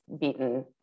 beaten